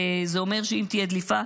וזה אומר שאם תהיה דליפה,